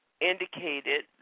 indicated